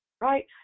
right